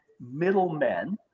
middlemen